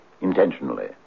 intentionally